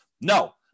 no